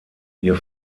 ihr